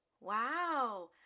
Wow